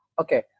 okay